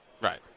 right